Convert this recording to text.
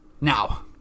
Now